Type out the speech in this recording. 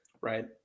right